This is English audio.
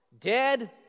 Dead